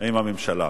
עם הממשלה.